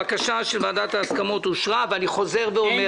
הבקשה של ועדת ההסכמות אושרה, ואני חוזר ואומר.